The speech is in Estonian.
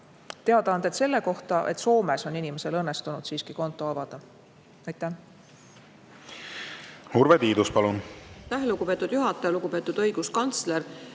meil infot selle kohta, et Soomes on inimesel õnnestunud siiski konto avada. Aitäh